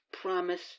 promise